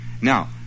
Now